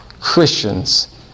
Christians